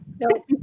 no